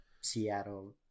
Seattle